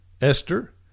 Esther